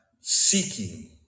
seeking